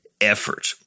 effort –